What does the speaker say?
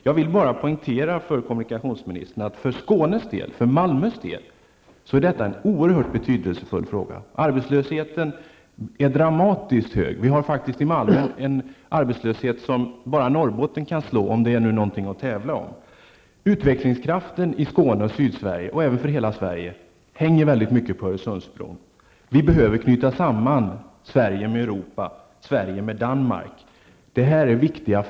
Jag vill bara poängtera för kommunikationsministern att det för Skånes och för Malmös del är en oerhört betydelsefull fråga. Arbetslösheten där är dramatiskt hög. I Malmö har man en arbetslöshet som faktiskt bara Norrbotten kan slå -- om nu arbetslöshet är någonting att tävla om. Utvecklingskraften i Skåne och Sydsverige och även i hela Sverige hänger väldigt mycket ihop med Öresundsbron. Sverige behöver knytas samman med Danmark och Europa. Dessa frågor är viktiga.